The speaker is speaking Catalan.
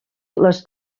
tomates